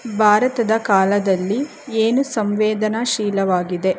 ಭಾರತದ ಕಾಲದಲ್ಲಿ ಏನು ಸಂವೇದನಾ ಶೀಲವಾಗಿದೆ